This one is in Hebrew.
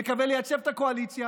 אני מקווה לייצב את הקואליציה,